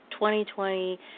2020